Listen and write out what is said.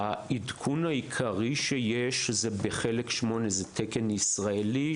העדכון העיקרי שיש הוא בחלק 8. זהו תקן ישראלי,